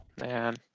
Man